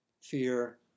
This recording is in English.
fear